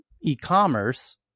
e-commerce